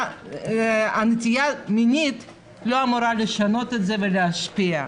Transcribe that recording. הנטייה המינית לא אמורה לשנות את זה ולהשפיע.